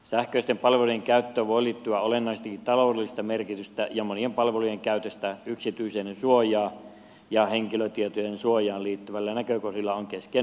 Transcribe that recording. sähköisten palveluiden käyttöön voi liittyä olennaistakin taloudellista merkitystä ja monien palvelujen käytössä yksityisyydensuojaan ja henkilötietojen suojaan liittyvillä näkökohdilla on keskeinen merkitys